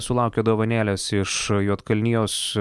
sulaukė dovanėlės iš juodkalnijos